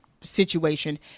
situation